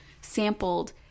sampled